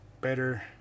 better